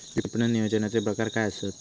विपणन नियोजनाचे प्रकार काय आसत?